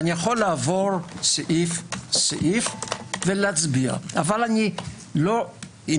אני יכול לעבור סעיף-סעיף ואעשה זאת אם תרצו